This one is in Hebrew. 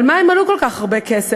על מה הם עלו כל כך הרבה כסף?